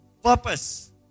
Purpose